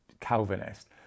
Calvinist